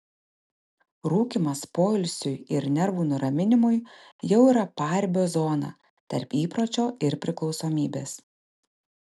rūkymas poilsiui ir nervų nuraminimui jau yra paribio zona tarp įpročio ir priklausomybės